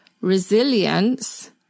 resilience